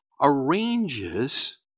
arranges